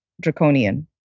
draconian